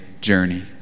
journey